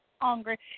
hungry